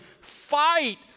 fight